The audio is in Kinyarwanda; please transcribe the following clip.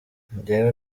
njyewe